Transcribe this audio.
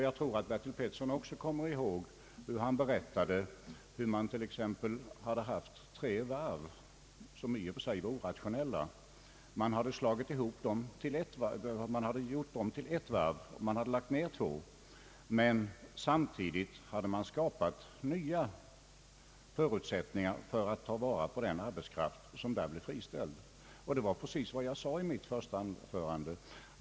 Jag tror att även herr Bertil Petersson kommer ihåg att professorn berättade hur man hade haft tre varv, som i och för sig var orationella, hur man hade lagt ned två och koncentrerat sig på ett, men samtidigt hade skapat nya förutsättningar för att ta vara på den arbetskraft som därvid blev friställd. Det var precis vad jag sade i mitt första anförande.